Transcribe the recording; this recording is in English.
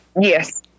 Yes